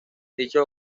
dichos